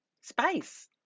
space